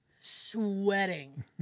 sweating